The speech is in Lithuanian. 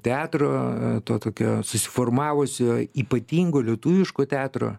teatro to tokio susiformavusio ypatingo lietuviško teatro